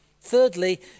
Thirdly